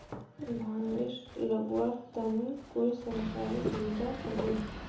धानेर लगवार तने कोई सरकारी सुविधा होबे?